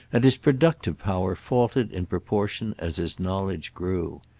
and his productive power faltered in proportion as his knowledge grew.